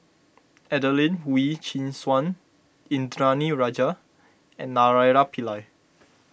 Adelene Wee Chin Suan Indranee Rajah and Naraina Pillai